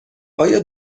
آیا